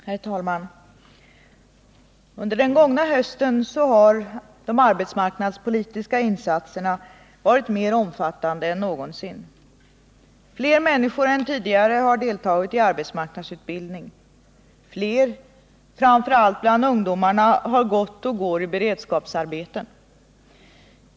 Herr talman! Under den gångna hösten har de arbetsmarknadspolitiska insatserna varit mer omfattande än någonsin. Fler människor än tidigare har deltagit i arbetsmarknadsutbildning. Fler — framför allt bland ungdomarna — har gått och går i beredskapsarbeten.